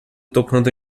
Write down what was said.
tocando